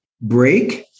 break